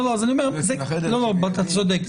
אתה צודק,